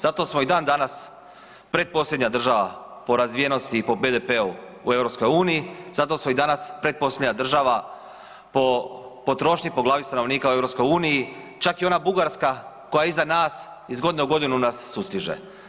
Zato smo i dan danas pretposljednja država po razvijenosti i po BDP-u u EU, zato smo i danas pretposljednja država po potrošnji po glavi stanovnika u EU, čak i ona Bugarska koja je iza nas iz godine u godinu nas sustiže.